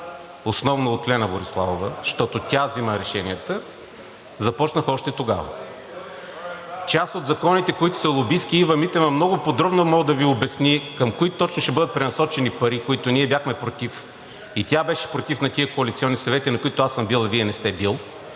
основно от Лена Бориславова, защото тя взима решенията, започнаха още тогава. Част от законите, които са лобистки, Ива Митева много подробно може да Ви обясни към кои точно ще бъдат пренасочени пари, за които ние бяхме против. Тя беше против на тези коалиционни съвети, на които аз съм бил, а Вие не сте били